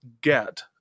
get